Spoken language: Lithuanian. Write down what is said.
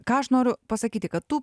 ką aš noriu pasakyti kad tų